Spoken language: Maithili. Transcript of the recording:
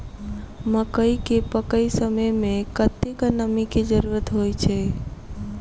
मकई केँ पकै समय मे कतेक नमी केँ जरूरत होइ छै?